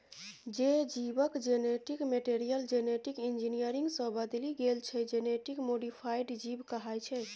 जे जीबक genetic material genetic engineering सँ बदलि गेल छै जेनेटिक मोडीफाइड जीब कहाइ छै